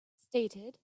stated